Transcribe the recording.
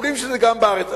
אומרים שזה קיים גם בארץ.